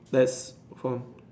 let's come